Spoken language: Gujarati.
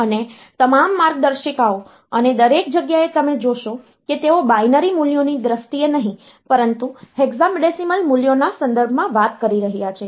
અને તમામ માર્ગદર્શિકાઓ અને દરેક જગ્યાએ તમે જોશો કે તેઓ બાઈનરી મૂલ્યોની દ્રષ્ટિએ નહીં પરંતુ હેક્સાડેસિમલ મૂલ્યોના સંદર્ભમાં વાત કરી રહ્યા છે